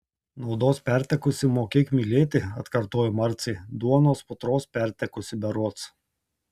naudos pertekusi mokėk mylėti atkartojo marcė duonos putros pertekusi berods